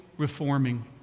Reforming